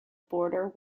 border